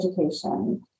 education